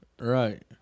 right